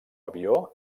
avió